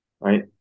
right